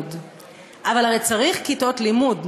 אבל הרי צריך כיתות לימוד,